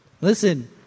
Listen